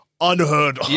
unheard